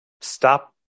stop